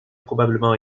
probablement